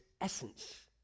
essence